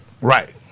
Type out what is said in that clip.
Right